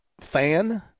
Fan